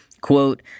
Quote